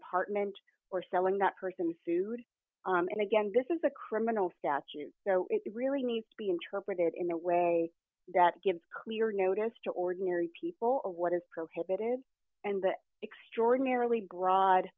apartment or selling that person's food and again this is a criminal statute it really needs to be interpreted in a way that gives clear notice to ordinary people or what is prohibited and that extraordinarily broad